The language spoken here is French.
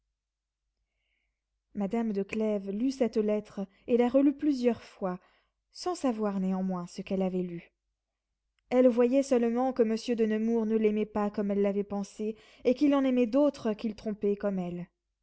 madame de clèves lut cette lettre et la relut plusieurs fois sans savoir néanmoins ce qu'elle avait lu elle voyait seulement que monsieur de nemours ne l'aimait pas comme elle l'avait pensé et qu'il en aimait d'autres qu'il trompait comme elle